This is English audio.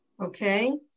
Okay